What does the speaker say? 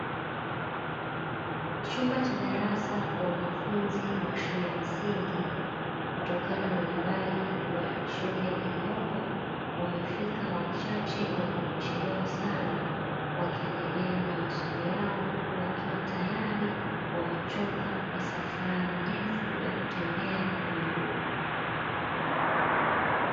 Chumba cha darasa kwa wanafunzi wa shule ya msingi kutokana na umbali wa shule iliyopo, wamefika wachache na kwa kuchelewa sana wakiendelea na masomo yao huku wakiwa tayari wamechoka kwa safari ndefu ya kutembea kwa miguu.